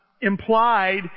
implied